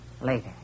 Later